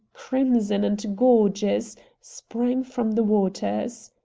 crimson, and gorgeous, sprang from the waters.